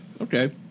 okay